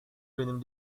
benim